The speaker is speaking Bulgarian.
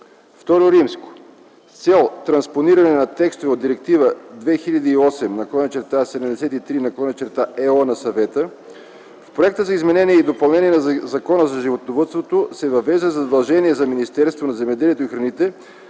закон. ІІ. С цел транспониране на текстове от Директива 2008/73/ЕО на Съвета в проекта за изменение и допълнение на Закона за животновъдството се въвежда задължение за Министерство на земеделието и храните